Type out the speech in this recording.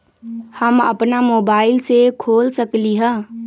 हम अपना मोबाइल से खोल सकली ह?